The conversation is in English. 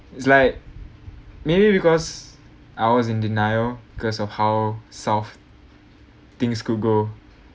it's like maybe because I was in denial because of how south things could go